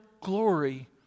glory